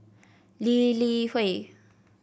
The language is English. Lee Li Hui